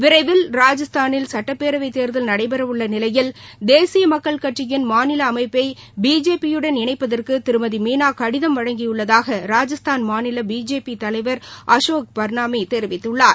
விரைவில் ராஜஸ்தானில் சட்டப்பேரவை தேர்தல் நடைபெறவுள்ள நிலையில் தேசிய மக்கள் கட்சியின் மாநில அமைப்பை பிஜேபியுடன் இணைப்பதற்கு திருமதி மீனா கடிதம் வழங்கியுள்ளதாக ராஜஸ்தான் மாநில பிஜேபி தலைவர் அசோக் பர்னாமி தெரிவித்துள்ளார்